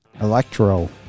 electro